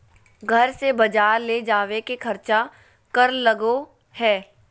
घर से बजार ले जावे के खर्चा कर लगो है?